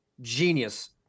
Genius